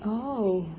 oh